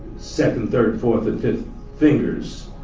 second, third fourth and fifth fingers.